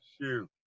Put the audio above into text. Shoot